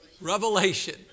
Revelation